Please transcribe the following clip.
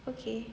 okay